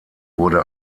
wurde